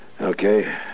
Okay